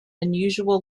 unusual